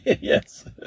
Yes